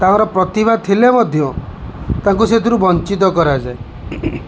ତାଙ୍କର ପ୍ରତିଭା ଥିଲେ ମଧ୍ୟ ତାଙ୍କୁ ସେଥିରୁ ବଞ୍ଚିତ କରାଯାଏ